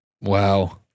Wow